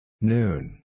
Noon